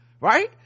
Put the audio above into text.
Right